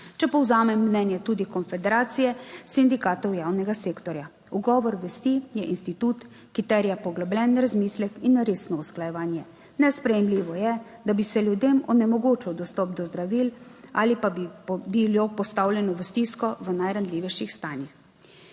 Če povzamem mnenje tudi Konfederacije sindikatov javnega sektorja, ugovor vesti je institut, ki terja poglobljen razmislek in resno usklajevanje. Nesprejemljivo je, da bi se ljudem onemogočil dostop do zdravil ali pa bi bilo postavljeno v stisko v najranljivejših stanjih.